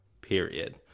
Period